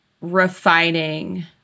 refining